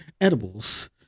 edibles